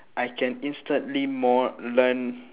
I can instantly more learn